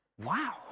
wow